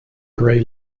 grey